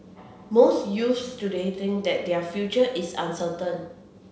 most youths today think that their future is uncertain